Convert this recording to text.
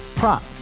Prop